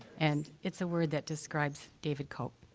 and it's a word that describes david cope.